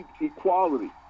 equality